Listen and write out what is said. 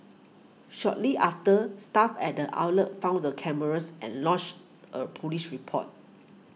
shortly after staff at the outlet found the cameras and lodged a police report